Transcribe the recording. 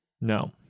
No